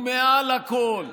מעל הכול,